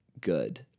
good